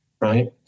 right